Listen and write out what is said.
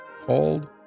called